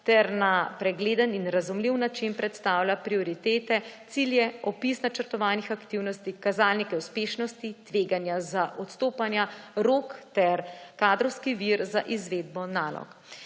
ter na pregleden in razumljiv način predstavlja prioritete, cilje, opis načrtovanih aktivnosti, kazalnike uspešnosti, tveganja za odstopanja, rok ter kadrovski vir za izvedbo nalog.